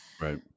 Right